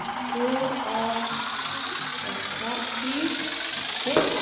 screw off that top piece kay!